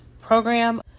program